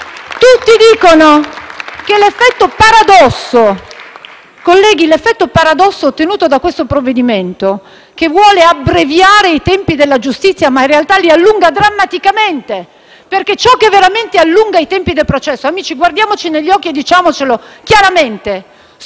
Tutti dicono che l'effetto paradosso ottenuto da questo provvedimento, che vuole abbreviare i tempi della giustizia, è che in realtà li allunga drammaticamente, perché ciò che veramente allunga i tempi del processo - colleghi, guardiamoci negli occhi e diciamocelo chiaramente